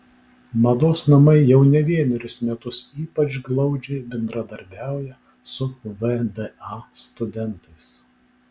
mados namai jau ne vienerius metus ypač glaudžiai bendradarbiauja su vda studentais